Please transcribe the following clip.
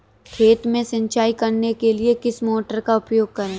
खेत में सिंचाई करने के लिए किस मोटर का उपयोग करें?